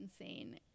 insane